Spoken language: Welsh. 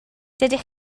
dydych